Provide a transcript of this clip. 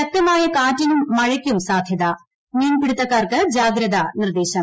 ശക്തമായ കാറ്റിനും മഴയ്ക്കും സാധൃത മീൻപിടുത്തക്കാർക്ക് ജാഗ്രതാ നിർദ്ദേശം